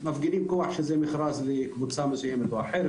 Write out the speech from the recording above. מפגינים כוח שזה מכרז לקבוצה מסוימת או אחרת,